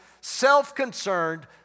self-concerned